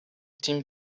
tim